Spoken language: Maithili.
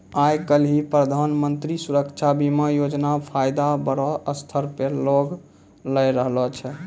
आइ काल्हि प्रधानमन्त्री सुरक्षा बीमा योजना के फायदा बड़ो स्तर पे लोग लै रहलो छै